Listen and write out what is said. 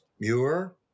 Muir